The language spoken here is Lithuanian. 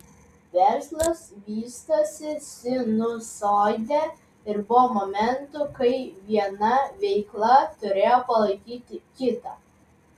verslas vystosi sinusoide ir buvo momentų kai viena veikla turėjo palaikyti kitą